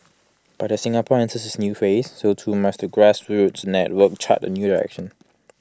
but Singapore enters its new phase so too must the grassroots network chart A new direction